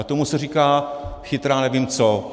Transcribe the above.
A tomu se říká chytrá nevím co.